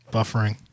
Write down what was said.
Buffering